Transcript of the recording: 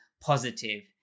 positive